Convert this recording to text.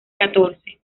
catorce